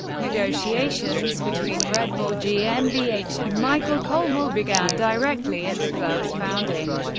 negotiations between red bull gmbh and michael kolmel began directly at the club's founding.